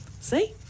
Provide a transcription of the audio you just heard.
See